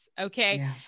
Okay